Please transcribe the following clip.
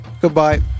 goodbye